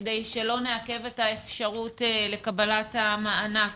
כדי שלא נעכב את האפשרות לקבלת המענק